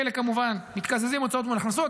בחלק, כמובן, מתקזזים, הוצאות מול הכנסות.